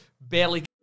barely –